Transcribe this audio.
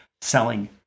selling